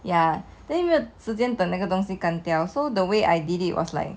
ya then 没有时间等那个东西干掉 so the way I did it was like